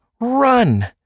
run